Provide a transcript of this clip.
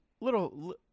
little